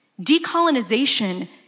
Decolonization